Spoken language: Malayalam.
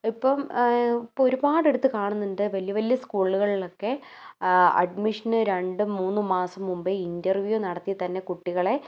ഇപ്പം ഒരുപാടിടത്ത് കാണുന്നുണ്ട് വലിയ വലിയ സ്കൂളുകളൊക്കെ അഡ്മിഷൻ രണ്ടും മൂന്ന് മാസം മുൻപേ ഇൻറ്റർവ്യൂ നടത്തിത്തന്നെ കുട്ടികളെ